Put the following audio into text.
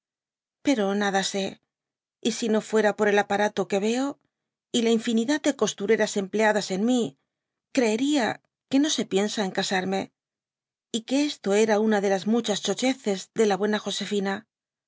pero nada sé y si no fuera por el aparato que veo y la infinidad de costureras empleadas en mí creeria que no se piensa en casarme y que esto era una de las muchas chochczcs de la buena josefina